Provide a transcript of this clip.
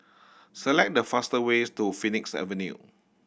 select the faster ways to Phoenix Avenue